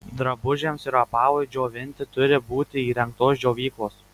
drabužiams ir apavui džiovinti turi būti įrengtos džiovyklos